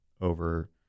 over